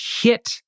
hit